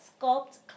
sculpt